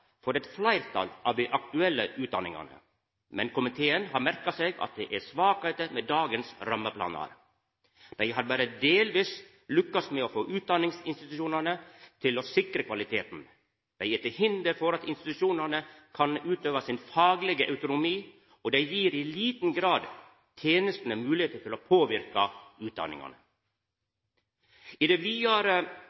for eit fleirtal av dei aktuelle utdanningane. Men komiteen har merka seg at det er svakheiter med dagens rammeplanar. Dei har berre delvis lukkast med å få utdanningsinstitusjonane til å sikra kvaliteten, dei er til hinder for at institusjonane kan utøva sin faglege autonomi, og dei gir i liten grad tenestene moglegheit til å påverka utdanningane.